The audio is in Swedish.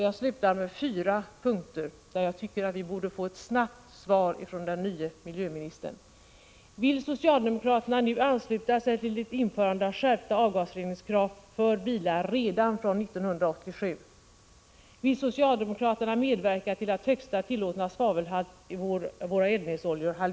Jag slutar med fyra punkter där jag tycker att vi borde få ett snabbt svar av den nye miljöministern: Vill socialdemokraterna nu ansluta sig till ett införande av skärpta avgasreningskrav för bilar redan från 1987?